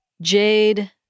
Jade